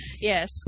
Yes